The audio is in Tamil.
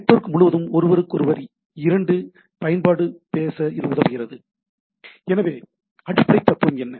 நெட்வொர்க் முழுவதும் ஒருவருக்கொருவர் இரண்டு பயன்பாடு பேச இது உதவுகிறது எனவே அடிப்படை தத்துவம் என்ன